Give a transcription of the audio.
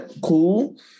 Cool